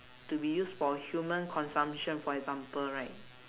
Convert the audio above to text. to be used for human consumption for example right